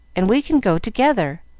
and we can go together.